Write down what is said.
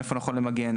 איפה נכון למגן,